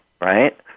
right